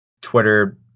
Twitter